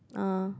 ah